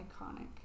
iconic